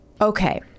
Okay